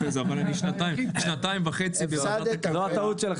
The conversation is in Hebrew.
אבל אני שנתיים וחצי בוועדת הכלכלה --- הפסדת,